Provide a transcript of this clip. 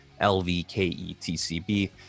L-V-K-E-T-C-B